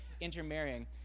intermarrying